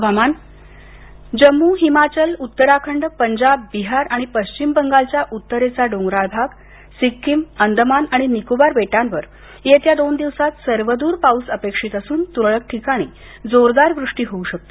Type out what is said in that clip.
हुवामान जम्मू हिमाचल उत्तराखंड पंजाब बिहार आणि पश्चिम बंगालच्या उत्तरेचा डोंगराळ भाग सिक्कीम अंदमान आणि निकोबार बेटांवर येत्या दोन दिवसात सर्वदूर पाऊस अपेक्षित असून तुरळक ठिकामी जोरदार वृष्टी होऊ शकते